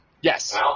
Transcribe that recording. yes